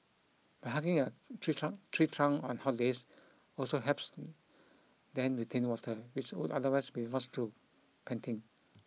but hugging a tree trunk tree trunk on hot days also helps then retain water which would otherwise be lost through panting